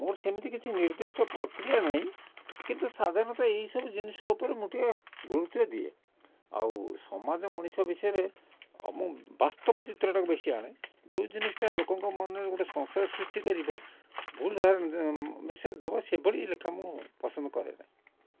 ମୋର ସେମିତି କିଛି ନିର୍ଦ୍ଦିଷ୍ଟ ପ୍ରକିୟା ନାହିଁ କିନ୍ତୁ ସାଧାରଣତଃ ଏହିସବୁ ଜିନିଷ ଉପରେ ମୁଁ ଟିକେ ଗୁରୁତ୍ୱ ଦିଏ ଆଉ ସମାଜ ମଣିଷ ବିଷୟରେ ମୁଁ ବାସ୍ତବ ଚିତ୍ରଟାକୁ ବେଶି ଆଣେ ଯେଉଁ ଜିନିଷଟା ଲୋକଙ୍କ ମନରେ ଗୋଟେ ସଂଶୟ ସୃଷ୍ଟି କରିବ ଭୁଲ ମେସେଜ୍ ଦେବ ସେଭଳି ଲେଖା ମୁଁ ପସନ୍ଦ କରେ ନାହିଁ